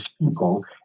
people